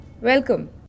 Welcome